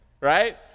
right